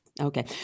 Okay